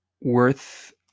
worth